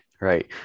right